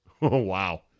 Wow